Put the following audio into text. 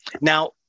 now